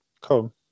Cool